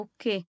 Okay